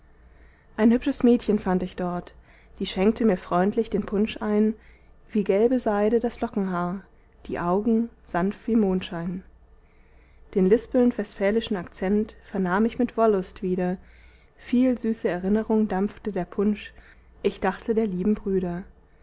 ein hübsches mädchen fand ich dort die schenkte mir freundlich den punsch ein wie gelbe seide das lockenhaar die augen sanft wie mondschein den lispelnd westfälischen akzent vernahm ich mit wollust wieder viel süße erinnerung dampfte der punsch ich dachte der lieben brüder